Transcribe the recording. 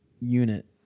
unit